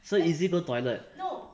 so easy go toilet